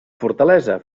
fortalesa